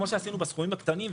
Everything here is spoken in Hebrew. כפי שעשינו בסכומים הקטנים,